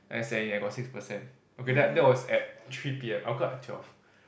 then I send in I got six percent okay that that was at three p_m I woke up at twelve